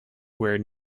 where